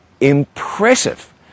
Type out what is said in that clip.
Impressive